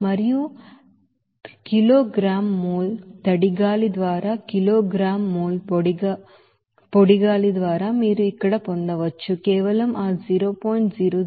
మరియు kg mole తడి గాలి ద్వారా కిగ్రా మోల్ పొడి గాలి ద్వారా మీరు ఇక్కడ పొందవచ్చు కేవలం ఆ 0